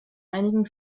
einigen